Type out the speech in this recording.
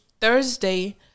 Thursday